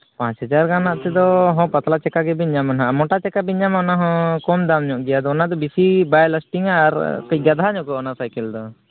ᱯᱟᱸᱪ ᱦᱟᱡᱟᱨ ᱫᱟᱢᱟᱜ ᱛᱮᱫᱚ ᱯᱟᱛᱞᱟ ᱪᱟᱠᱟ ᱜᱮᱵᱤᱱ ᱧᱟᱢᱟ ᱱᱟᱜ ᱢᱚᱴᱟ ᱪᱟᱠᱟ ᱵᱤᱱ ᱧᱟᱢᱟ ᱚᱱᱟᱦᱚᱸ ᱠᱚᱢ ᱫᱟᱢ ᱧᱚᱜ ᱜᱮᱭᱟ ᱟᱫᱚ ᱚᱱᱟ ᱫᱚ ᱵᱤᱥᱤ ᱵᱟᱭ ᱞᱟᱥᱴᱤᱝᱟ ᱟᱨ ᱠᱟᱺᱪ ᱜᱟᱫᱷᱟ ᱧᱚᱜᱚᱜᱼᱟ ᱚᱱᱟ ᱥᱟᱭᱠᱮᱹᱞ ᱫᱚ